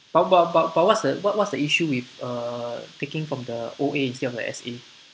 but but but but what's the wh~ what's the issue with uh taking from the O_A instead of the S_A